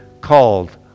called